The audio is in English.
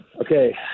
okay